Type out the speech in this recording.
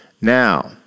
Now